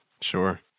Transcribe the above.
Sure